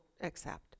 accept